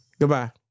Goodbye